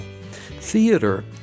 Theater